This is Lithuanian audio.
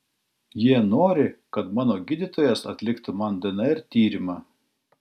jie nori kad mano gydytojas atliktų man dnr tyrimą